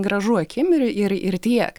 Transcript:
gražu akim ir ir ir tiek